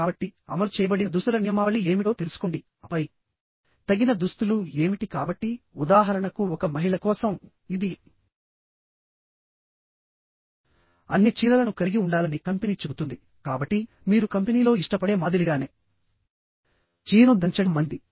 కాబట్టి అమలు చేయబడిన దుస్తుల నియమావళి ఏమిటో తెలుసుకోండి ఆపై తగిన దుస్తులు ఏమిటి కాబట్టి ఉదాహరణకు ఒక మహిళ కోసం ఇది అన్ని చీరలను కలిగి ఉండాలని కంపెనీ చెబుతుంది కాబట్టి మీరు కంపెనీలో ఇష్టపడే మాదిరిగానే చీరను ధరించడం మంచిది